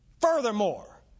furthermore